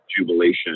jubilation